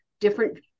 different